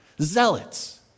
zealots